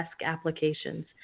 applications